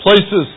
Places